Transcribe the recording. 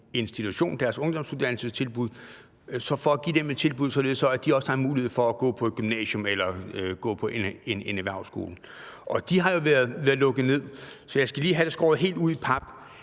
deres ungdomsuddannelsestilbud, således at de også har en mulighed for at gå på et gymnasium eller gå på en erhvervsskole. Og de har jo været lukket ned. Så jeg skal lige have det skåret helt ud i pap: